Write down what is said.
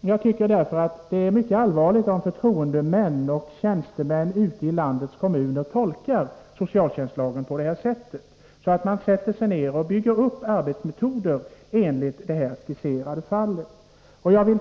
Jag tycker därför att det är mycket allvarligt om förtroendemän och tjänstemän ute i landets kommuner tolkar socialtjänstlagen på sådant sätt att man bygger upp arbetsmetoder enligt det här skisserade fallet. 1.